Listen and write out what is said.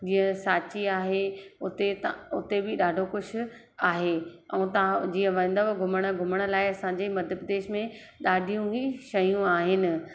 जीअं सांची आहे उते तव्हां उते बि ॾाढो कुझु आहे ऐं तव्हां जीअं वेंदव घुमण घुमण लाइ असांजे मध्य प्रदेश में ॾाढियूं ई शयूं आहिनि